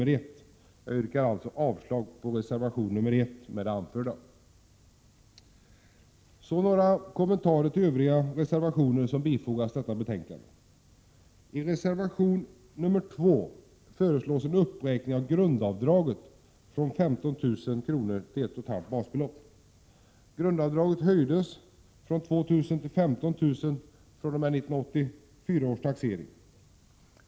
Med det anförda yrkar jag alltså avslag på reservation 1. Så några kommentarer till de övriga reservationer som bifogats detta betänkande. Grundavdraget höjdes från 2 000 till 15 000 kr. fr.o.m. 1984 års taxering.